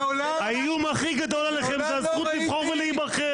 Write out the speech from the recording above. האיום הכי גדול עליכם זה הזכות לבחור ולהיבחר.